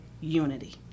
unity